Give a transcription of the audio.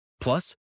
Plus